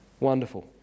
Wonderful